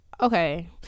Okay